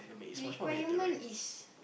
requirement is